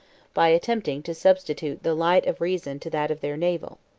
by attempting to substitute the light of reason to that of their navel.